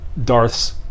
Darths